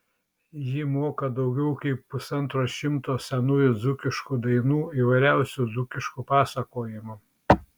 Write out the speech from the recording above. ji moka daugiau kaip pusantro šimto senųjų dzūkiškų dainų įvairiausių dzūkiškų pasakojimų